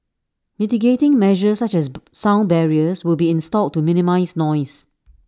mitigating measures such as sound barriers will be installed to minimise noise